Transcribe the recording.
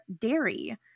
dairy